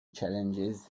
challenges